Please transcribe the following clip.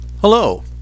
hello